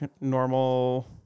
normal